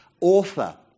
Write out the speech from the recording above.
author